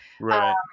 Right